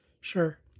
Sure